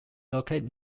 located